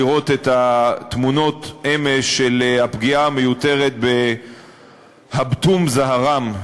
לראות את התמונות מאמש של הפגיעה המיותרת בהפטום זרהום,